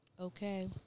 okay